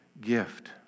gift